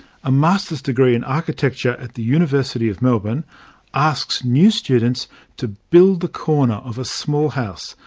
a masters degree in architecture at the university of melbourne asks new students to build the corner of a small house,